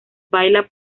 baila